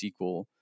SQL